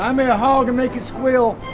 um a hog and make it squeal.